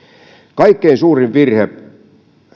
kaikkein suurin virhe